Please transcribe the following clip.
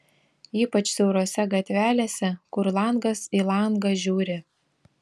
ypač siaurose gatvelėse kur langas į langą žiūri